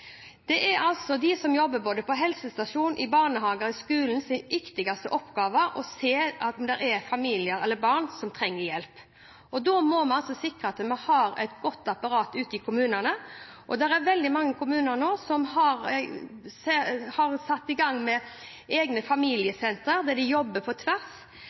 De som jobber både på helsestasjonen, i barnehager og i skolen har altså sin viktigste oppgave i å se om det er familier eller barn som trenger hjelp. Da må vi sikre at vi har et godt apparat ute i kommunene, og det er veldig mange kommuner nå som har satt i gang med egne familiesentre, der de jobber på tvers. Det er Mitt liv-kommuner, det er modellkommuner som virkelig nå jobber på tvers